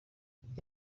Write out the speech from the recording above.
yari